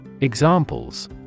Examples